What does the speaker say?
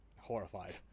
Horrified